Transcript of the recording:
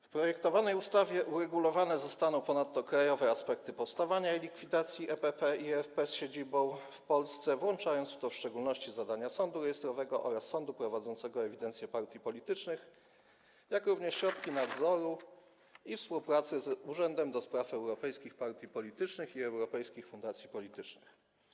W projektowanej ustawie uregulowane zostaną ponadto krajowe aspekty powstawania i likwidacji EPP i EFP z siedzibą w Polsce, w szczególności zadania sądu rejestrowego oraz sądu prowadzącego ewidencję partii politycznych, jak również środki nadzoru i współpracy z Urzędem ds. Europejskich Partii Politycznych i Europejskich Fundacji Politycznych.